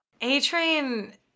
A-Train